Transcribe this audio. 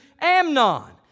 Amnon